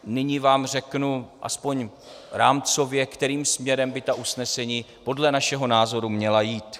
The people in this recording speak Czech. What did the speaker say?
Nyní vám řeknu aspoň rámcově, kterým směrem by ta usnesení podle našeho názoru měla jít.